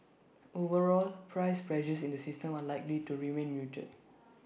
overall price pressures in the system are likely to remain muted